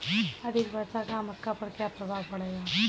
अधिक वर्षा का मक्का पर क्या प्रभाव पड़ेगा?